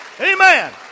Amen